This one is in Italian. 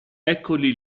eccoli